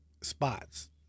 spots